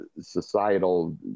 societal